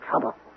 trouble